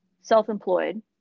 self-employed